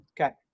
Okay